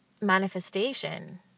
manifestation